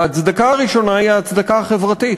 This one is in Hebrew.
ההצדקה הראשונה היא ההצדקה החברתית.